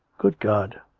good god!